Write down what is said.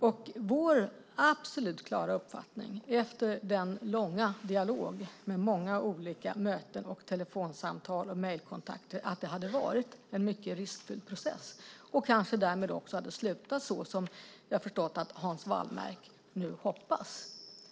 Och vår absolut klara uppfattning, efter en lång dialog med många olika möten, telefonsamtal och mejlkontakter, är att det hade varit en mycket riskfylld process. Det kanske hade slutat så som jag har förstått att Hans Wallmark nu hoppas.